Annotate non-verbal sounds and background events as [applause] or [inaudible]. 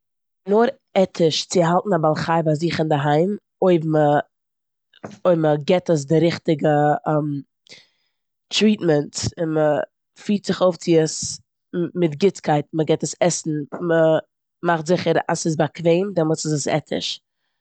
נאר עטיש צו האלטן א בל חי' ביי זיך אינדערהיים אויב מע- אויב מ'גיבט עס די ריכטיגע [hesitation] טריטמענטס און מ' פירט זיך אויף צו עס מיט גוטסקייט. מ'גיבט עס עסן, מ'מאכט זיכער אז ס'איז באקוועם, דעמאלטס איז עס עטיש.